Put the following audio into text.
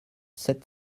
sept